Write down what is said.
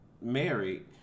married